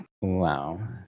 Wow